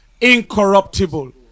incorruptible